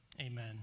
amen